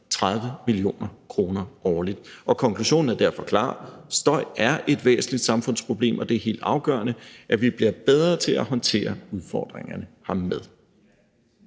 630 mio. kr. årligt. Og konklusionen er derfor klar: Støj er et væsentligt samfundsproblem, og det er helt afgørende, at vi bliver bedre til at håndtere udfordringerne hermed.